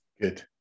Good